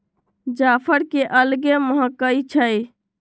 जाफर के अलगे महकइ छइ